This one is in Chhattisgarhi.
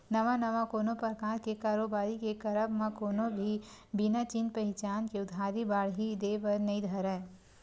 नवा नवा कोनो परकार के कारोबारी के करब म कोनो भी बिना चिन पहिचान के उधारी बाड़ही देय बर नइ धरय